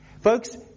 Folks